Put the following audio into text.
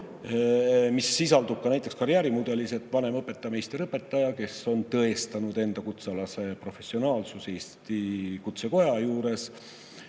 mis sisaldub ka karjäärimudelis. Vanemõpetaja, meisterõpetaja, kes on tõestanud oma kutsealase professionaalsuse Eesti Kutsekoja juures